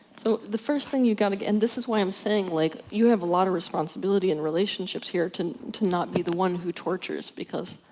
so the first thing you've gotta get, and this is why i'm say like, you have a lot of responsibility in relationships here, to to not be the one who tortures, because,